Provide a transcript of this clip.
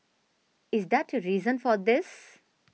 is that a reason for this